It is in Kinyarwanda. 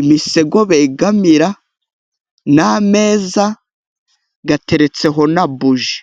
,imisego begamira n'ameza ateretseho na buji.